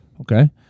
Okay